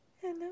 Hello